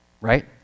right